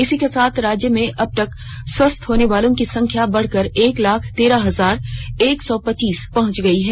इसी के साथ राज्य में अब तक स्वस्थ होने वालों की संख्या बढ़कर एक लाख तेरह हजार एक सौ पच्चीस पहुंच गई है